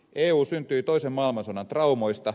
eu syntyi toisen maailmansodan traumoista